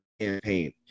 campaign